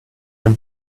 your